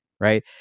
Right